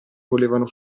volevano